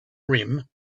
rim